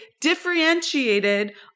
differentiated